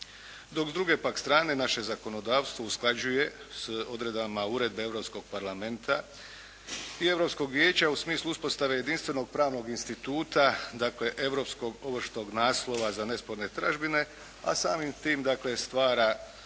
Dok s druge pak strane naše zakonodavstvo usklađuje s odredbama uredbe Europskog parlamenta i Europskog vijeća u smislu uspostave jedinstvenog pravnog instituta, dakle europskog ovršnog naslova za nesporne tražbine, a samim tim dakle